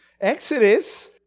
Exodus